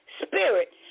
spirit